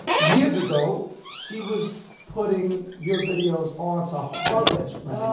years ago, she was putting your videos on to her best friend. oh,